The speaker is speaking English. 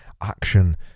action